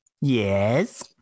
Yes